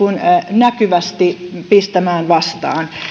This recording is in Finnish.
näkyvästi pistämään vastaan